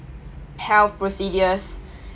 health procedures